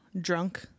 drunk